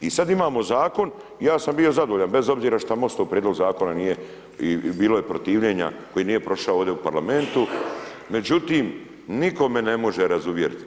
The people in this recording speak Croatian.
I sad imamo zakon, ja sam bio zadovoljan, bez obzira što MOST-ov prijedlog zakona nije i bilo je protivljenja, koji nije prošao ovdje u parlamentu, međutim, nitko me ne može razuvjeriti.